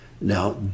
Now